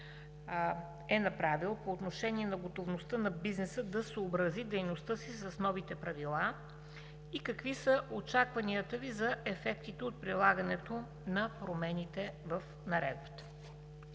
е направил по отношение на готовността на бизнеса да съобрази дейността си с новите правила и какви са очакванията Ви за ефектите от прилагането на промените в Наредбата?